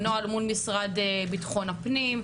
הנוהל מול משרד ביטחון הפנים,